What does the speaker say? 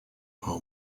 how